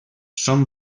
són